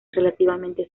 relativamente